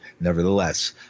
nevertheless